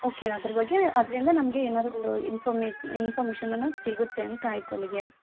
okay ಅದ್ರ ಬಗ್ಗೆ ಅದರಿಂದ ನಮಗೆ ಏನಾರೊಂದು ಇನ್ಫೊಮೇ ಇನ್ಫೊಮೇಷನ್ ಅನ್ನೋದು ಸಿಗುತ್ತೆ ಅಂತಾಯ್ತು ಅಲ್ಲಿಗೆ